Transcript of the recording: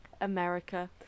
America